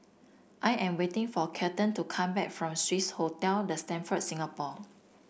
I am waiting for Kelton to come back from Swiss Hotel The Stamford Singapore